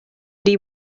die